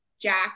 Jack